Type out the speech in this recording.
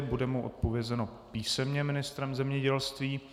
Bude mu odpovězeno písemně ministrem zemědělství.